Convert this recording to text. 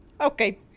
Okay